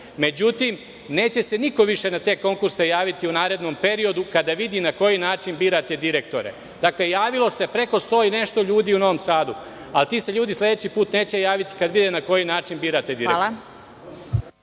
Međutim, neće se niko više na te konkurse javiti u narednom periodu kada vidi na koji način birate direktore. Dakle, javilo se preko 100 i nešto ljudi u Novom Sadu, a ti se ljudi sledeći put neće javiti kad vide na koji način birate direktora.